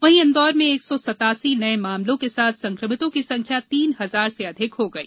वहीं इंदौर में एक सौ सतासी नये मामलों के साथ संकमितों की संख्या तीन हजार से अधिक हो गई